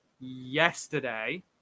yesterday